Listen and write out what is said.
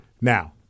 Now